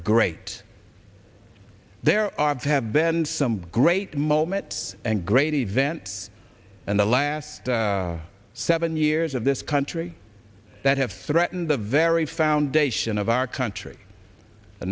great there are have been great moments and great event and the last seven years of this country that have threatened the very foundation of our country